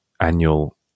annual